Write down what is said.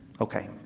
Okay